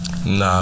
Nah